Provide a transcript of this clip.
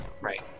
Right